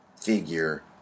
figure